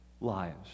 lives